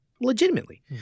legitimately